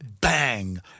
bang